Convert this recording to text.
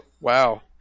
wow